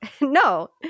No